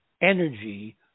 energy